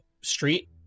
street